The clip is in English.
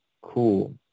cool